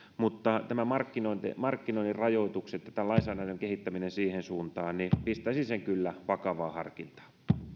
mutta nämä markkinoinnin rajoitukset ja tämän lainsäädännön kehittämisen siihen suuntaan pistäisin kyllä vakavaan harkintaan